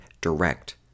direct